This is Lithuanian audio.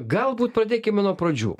galbūt pradėkime nuo pradžių